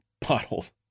Potholes